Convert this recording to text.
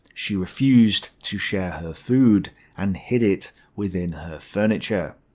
she refused to share her food, and hid it within her furniture.